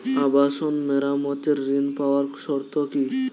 আবাসন মেরামতের ঋণ পাওয়ার শর্ত কি?